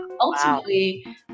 ultimately